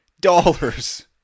dollars